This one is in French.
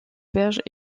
berges